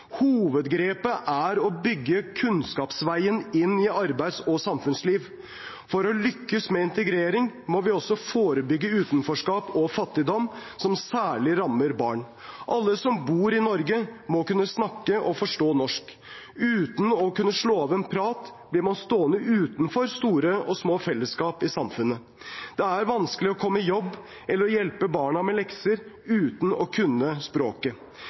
Hovedgrepet er å bygge kunnskapsveien inn i arbeids- og samfunnsliv. For å lykkes med integrering må vi også forebygge utenforskap og fattigdom, som særlig rammer barn. Alle som bor i Norge, må kunne snakke og forstå norsk. Uten å kunne slå av en prat, blir man stående utenfor små og store fellesskap i samfunnet. Det er vanskelig å komme i jobb eller hjelpe barna med leksene uten å kunne språket.